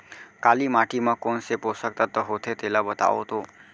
काली माटी म कोन से पोसक तत्व होथे तेला बताओ तो?